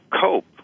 cope